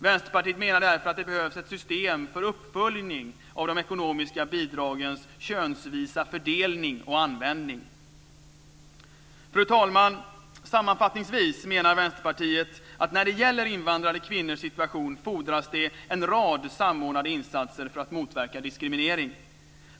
Vänsterpartiet menar därför att det behövs ett system för uppföljning av de ekonomiska bidragens könsvisa fördelning och användning. Fru talman! Sammanfattningsvis menar Vänsterpartiet att när det gäller invandrade kvinnors situation fordras det en rad samordnande insatser för att motverka diskriminering.